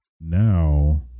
now